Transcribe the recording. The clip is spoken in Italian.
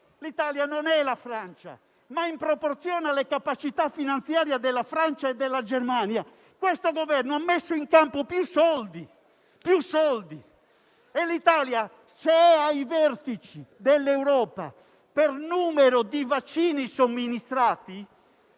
Germania o la Francia, ma in proporzione alle capacità finanziarie della Francia e della Germania questo Governo ha messo in campo più soldi. Se l'Italia è ai vertici dell' Europa per numero di vaccini somministrati,